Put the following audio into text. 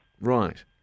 Right